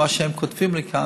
מה שהם כותבים לי כאן,